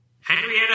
Henrietta